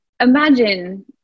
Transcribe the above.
imagine